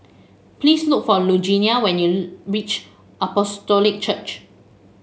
please look for Lugenia when you reach Apostolic Church